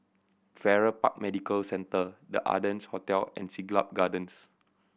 Farrer Park Medical Centre The Ardennes Hotel and Siglap Gardens